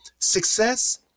Success